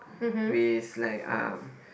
with like um